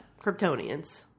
Kryptonians